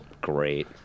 great